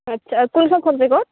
আচ্ছা কোনখন ছাবজেক্টত